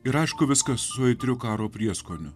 ir aišku viskas su aitriu karo prieskoniu